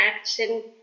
action